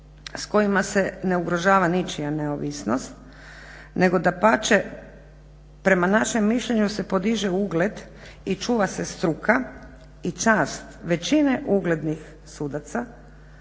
s kojima se ne ugrožava ničija neovisnost nego dapače, prema našem mišljenju se podiže ugled i čuva se struka i čast većine uglednih sudaca